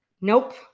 nope